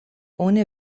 ohne